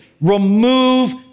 remove